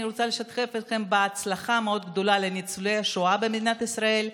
אני רוצה לשתף אתכם בהצלחה הגדולה מאוד לניצולי השואה במדינת ישראל.